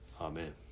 Amen